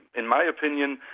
in my opinion,